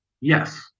Yes